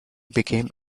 became